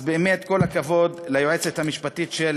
אז באמת כל הכבוד ליועצת המשפטית של